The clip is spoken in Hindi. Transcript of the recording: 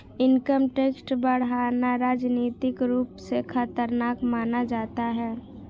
इनकम टैक्स बढ़ाना राजनीतिक रूप से खतरनाक माना जाता है